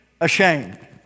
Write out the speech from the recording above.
ashamed